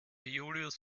julius